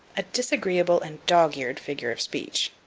a disagreeable and dog-eared figure of speech.